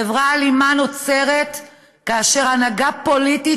חברה אלימה נוצרת כאשר הנהגה פוליטית